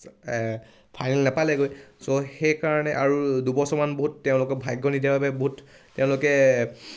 final নাপালেগৈ চ' সেইকাৰণে আৰু দুবছৰমান বহুত তেওঁলোকৰ ভাগ্য নিদিয়াৰ বাবে বহুত তেওঁলোকে